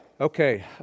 Okay